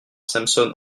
samson